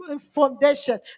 foundation